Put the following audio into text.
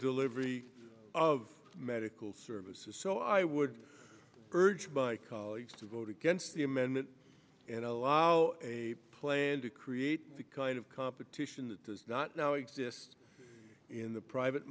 delivery of medical services so i would urge by colleagues to vote against the amendment and allow a plan to create the kind of competition that does not now exist in the private